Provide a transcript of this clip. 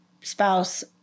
spouse